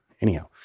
anyhow